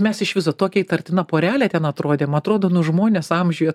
mes iš viso tokia įtartina porelė ten atrodėm atrodo nu žmonės amžiuje